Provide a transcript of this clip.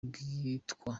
bwitwa